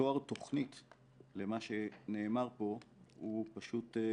התואר תכנית למה שנאמר פה הוא פשוט לא קיים.